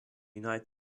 united